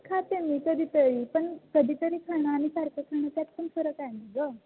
खाते मी कधीतरी पण कधीतरी खाणं आणि सारखं खाणं त्यात पण फरक आहे ना गं